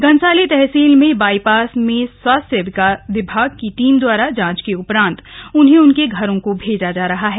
घनसाली तहसील में बाईपास में स्वास्थ्य विभाग की टीम दवारा जांच के उपरांत उन्हें उनके घरों को भैजा जा रहा है